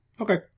Okay